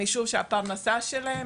משום שהפרנסה שלהם,